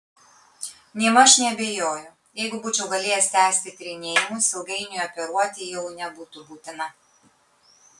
nėmaž neabejoju jeigu būčiau galėjęs tęsti tyrinėjimus ilgainiui operuoti jau nebūtų būtina